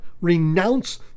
renounce